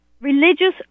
religious